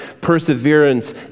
perseverance